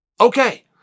Okay